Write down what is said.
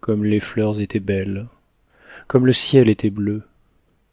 comme les fleurs étaient belles comme le ciel était bleu